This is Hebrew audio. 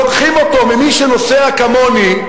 לוקחים אותו ממי שנוסע כמוני,